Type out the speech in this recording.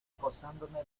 acosándome